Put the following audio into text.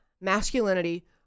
masculinity